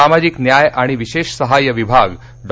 सामाजिक न्याय आणि विशेष सहाय्य विभाग डॉ